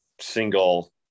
single